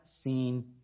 seen